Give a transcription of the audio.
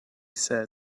said